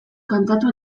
kantatu